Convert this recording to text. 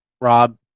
Rob